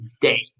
day